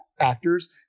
actors